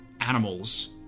animals